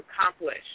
accomplish